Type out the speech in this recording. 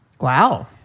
Wow